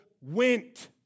went